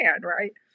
right